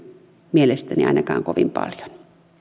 mielestäni ainakaan kovin paljon